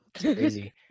Crazy